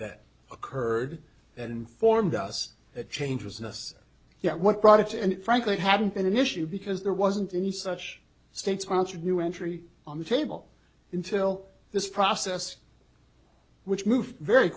that occurred and informed us that changes in us yet what product and frankly it hadn't been an issue because there wasn't any such state sponsored new entry on the table until this process which moved very